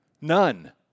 None